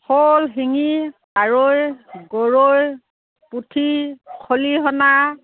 শ'ল শিঙি কাৱৈ গৰৈ পুঠি খলিহনা